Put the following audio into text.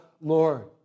Lord